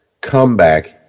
comeback